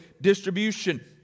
distribution